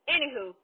Anywho